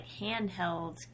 handheld